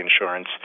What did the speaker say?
insurance